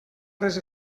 res